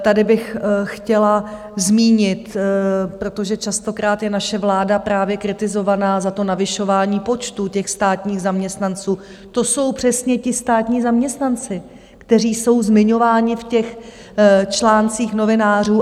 Tady bych chtěla zmínit, protože častokrát je naše vláda právě kritizovaná za to navyšování počtů státních zaměstnanců, to jsou přesně ti státní zaměstnanci, kteří jsou zmiňováni v článcích novinářů.